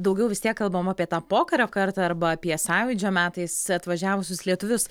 daugau vis tiek kalbam apie tą pokario kartą arba apie sąjūdžio metais atvažiavusius lietuvius